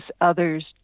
others